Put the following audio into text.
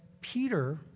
Peter